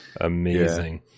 Amazing